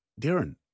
Darren